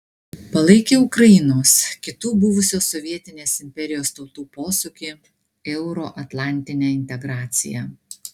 palaikė ukrainos kitų buvusios sovietinės imperijos tautų posūkį į euroatlantinę integraciją